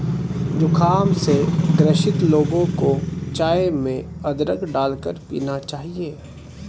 जुखाम से ग्रसित लोगों को चाय में अदरक डालकर पीना चाहिए